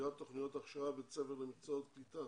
הפסקת תקצוב וסגירת תוכניות ההכשרה ובית הספר למקצועות קליטה